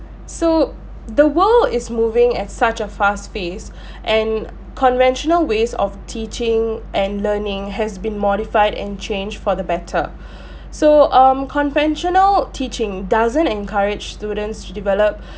so the world is moving at such a fast pace and conventional ways of teaching and learning has been modified and changed for the better so um conventional teaching doesn't encourage students to develop